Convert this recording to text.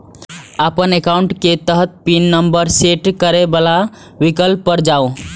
अपन एकाउंट के तहत पिन नंबर सेट करै बला विकल्प पर जाउ